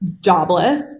jobless